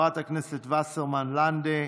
של חברת הכנסת וסרמן לנדה,